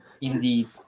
Indeed